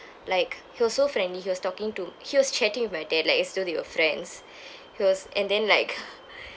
like he was so friendly he was talking to he was chatting with my dad like as though they were friends he was and then like